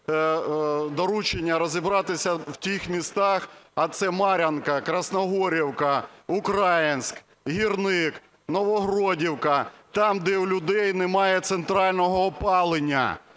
доручення розібратися в тих містах, а це Мар'їнка, Красногорівка, Українськ, Гірник, Новогродівка, там, де у людей немає центрального опалення.